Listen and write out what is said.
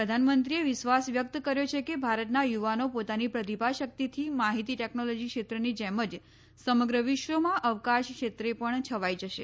પ્રધાનમંત્રીએ વિશ્વાસ વ્યક્ત કર્યો છે કે ભારતના યુવાનો પોતાની પ્રતિભાશક્તિથી માહિતી ટેકનોલોજી ક્ષેત્રની જેમ જ સમગ્ર વિશ્વમાં અવકાશ ક્ષેત્રે પણ છવાઈ જશે